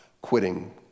quitting